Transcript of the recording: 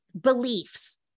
beliefs